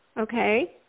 okay